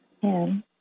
ten